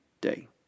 day